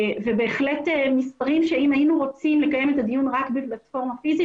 אלה בהחלט מספרים שאם היינו רוצים לקיים את הדיון רק בפלטפורמה פיזית,